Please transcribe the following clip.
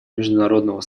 международного